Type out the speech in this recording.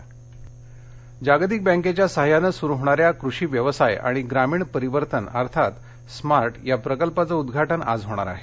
smart प्रकल्प जागतिक बँकेच्या सहाय्याने सुरू होणाऱ्या कृषी व्यवसाय आणि ग्रामीण परिवर्तन अर्थात स्मार्ट या प्रकल्पाचं उद्घाटन आज होणार आहे